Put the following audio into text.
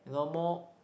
you know more